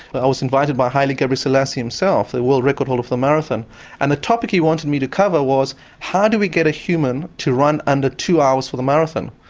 but i was invited by haile gebrselassie himself, the world record holder for the marathon and the topic he wanted me to cover was how do we get a human to run under two hours for the marathon?